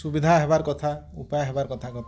ସୁବିଧା ହେବାର କଥା ଉପାୟ ହେବାର କଥା